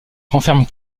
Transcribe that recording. renferme